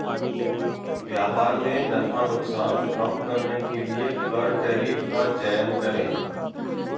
व्यापार में नफा नुकसान कम करने के लिए कर टैरिफ का चयन करे